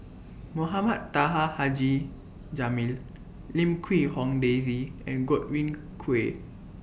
Mohamed Taha Haji Jamil Lim Quee Hong Daisy and Godwin Koay